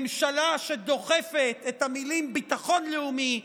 ממשלה שדוחפת את המילים "ביטחון לאומי",